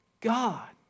God